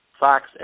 Fox